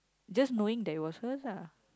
just knowing that it was her lah